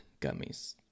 gummies